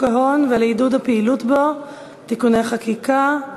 ההון ולעידוד הפעילות בו (תיקוני חקיקה),